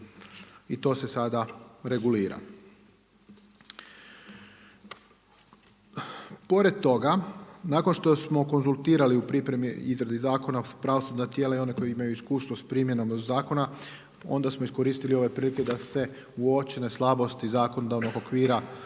i to se sada regulira. Pored toga nakon što smo konzultirali u pripremi i izradi zakona pravosudna tijela i ona koja imaju iskustvo s primjenom zakona onda smo iskoristili ove prilike da se uočene slabosti zakonodavnog okvira unaprijede